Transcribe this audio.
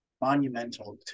monumental